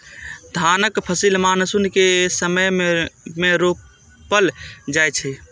धानक फसिल मानसून के समय मे रोपल जाइ छै